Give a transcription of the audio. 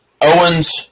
Owens